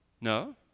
No